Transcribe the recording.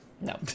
no